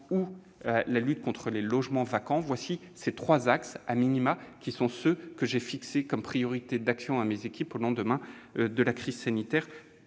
ou la lutte contre les logements vacants. Tels sont les trois axes,, que j'ai fixés comme priorité d'action à mes équipes au lendemain de la crise sanitaire